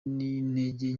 n’intege